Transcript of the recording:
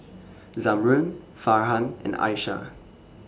Zamrud Farhan and Aishah